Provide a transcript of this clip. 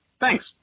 Thanks